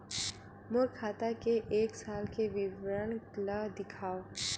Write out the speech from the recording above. मोर खाता के एक साल के विवरण ल दिखाव?